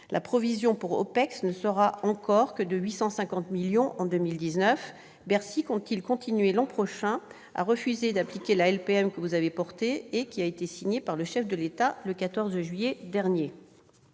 la provision pour OPEX ne sera encore que de 850 millions d'euros. Bercy compte-t-il continuer l'an prochain à refuser d'appliquer la LPM que vous avez conçue et qui a été signée par le chef de l'État le 14 juillet dernier